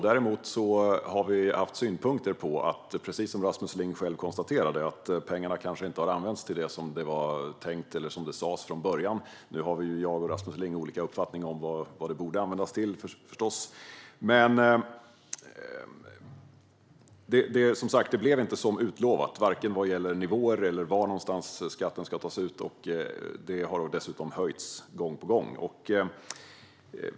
Däremot har vi haft synpunkter på att pengarna, precis som Rasmus Ling konstaterade, kanske inte har använts till det som var tänkt eller som det sas från början. Jag och Rasmus Ling har förstås olika uppfattningar om vad de borde användas till. Men det blev som sagt inte som utlovat, vare sig när det gäller nivåer eller var skatten ska tas ut. Den har dessutom höjts gång på gång.